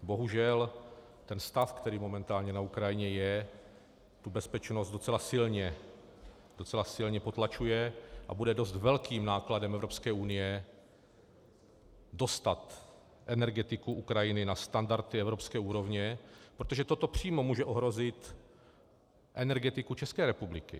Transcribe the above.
Bohužel stav, který momentálně na Ukrajině je, bezpečnost docela silně potlačuje a bude dost velkým nákladem Evropské unie dostat energetiku Ukrajiny na standardy evropské úrovně, protože toto přímo může ohrozit energetiku České republiky.